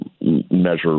measure